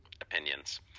opinions